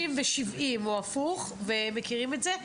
30 ו-70 או הפוך, ומכירים את זה.